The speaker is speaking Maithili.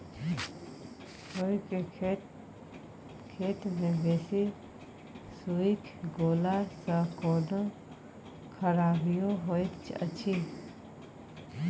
खेत मे बेसी सुइख गेला सॅ कोनो खराबीयो होयत अछि?